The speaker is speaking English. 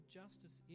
justice